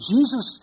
Jesus